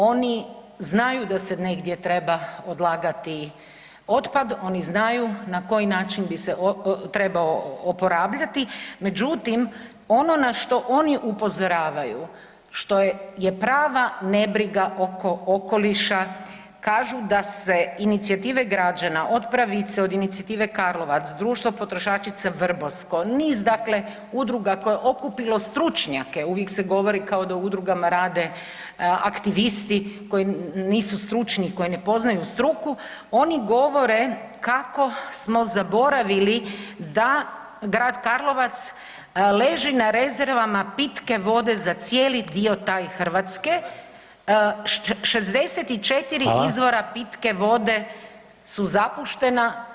Oni znaju da se negdje treba odlagati otpad, oni znaju na koji način bi se trebao oporavljati, međutim ne ono što oni upozoravaju, što je prava nebriga oko okoliša kažu da se inicijative građana od Pravice, od inicijative Karlovac, društvo potrošačica Vrbovsko, niz dakle udruga koje je okupilo stručnjake uvijek se govore kao da u udrugama rade aktivisti koji nisu stručni, koji ne poznaju struku, oni govore kako smo zaboravili da grad Karlovac leži na rezervama pitke vode za cijeli dio taj Hrvatske, 64 izvora [[Upadica: Hvala.]] pitke vode su zapuštena.